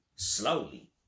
slowly